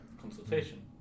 Consultation